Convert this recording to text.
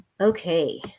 Okay